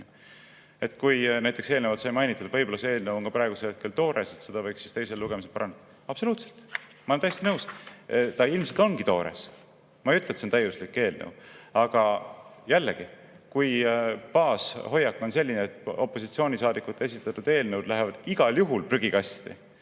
parlamendi töösse. Eelnevalt sai mainitud, et võib-olla see eelnõu on praegusel hetkel toores, et seda võiks teisel lugemisel parandada. Absoluutselt, ma olen täiesti nõus! Ilmselt see ongi toores. Ma ei ütle, et see on täiuslik eelnõu. Aga jällegi, kui baashoiak on selline, et opositsioonisaadikute esitatud eelnõud lähevad igal juhul prügikasti,